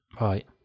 Right